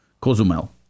Cozumel